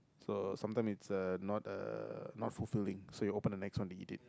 so sometimes it's uh not uh not fulfilling so you open the next one to eat it